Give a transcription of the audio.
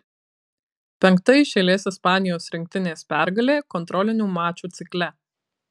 penkta iš eilės ispanijos rinktinės pergalė kontrolinių mačų cikle